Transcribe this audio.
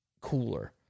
cooler